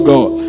God